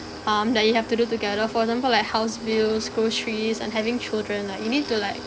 um that you have to do together for example like house bills groceries and having children lah you need to like